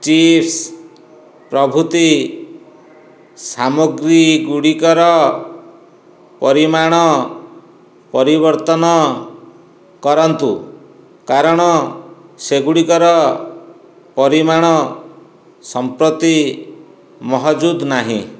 chips ପ୍ରଭୃତି ସାମଗ୍ରୀ ଗୁଡ଼ିକର ପରିମାଣ ପରିବର୍ତ୍ତନ କରନ୍ତୁ କାରଣ ସେଗୁଡ଼ିକର ପରିମାଣ ସମ୍ପ୍ରତି ମହଜୁଦ ନାହିଁ